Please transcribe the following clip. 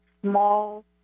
small